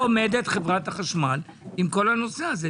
איפה עומדת חברת החשמל עם כל הנושא הזה,